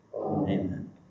Amen